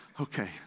Okay